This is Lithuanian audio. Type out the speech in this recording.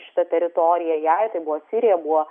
šita teritorija jai tai buvo sirija buvo